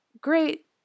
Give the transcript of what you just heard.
great